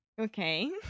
Okay